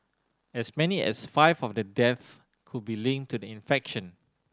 as many as five of the deaths could be linked to the infection